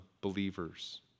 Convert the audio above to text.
believers